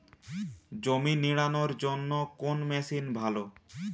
জমি নিড়ানোর জন্য কোন মেশিন ভালো?